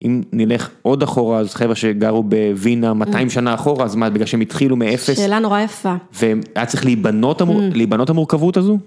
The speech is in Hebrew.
אם נלך עוד אחורה אז חבר'ה שגרו בווינה 200 שנה אחורה אז מה בגלל שהם התחילו מאפס. שאלה נורא יפה. והיה צריך להיבנות המורכבות הזו.